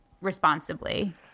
responsibly